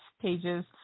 pages